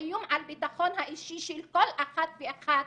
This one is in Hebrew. האיום על הביטחון האישי של כל אחת ואחד